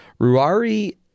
Ruari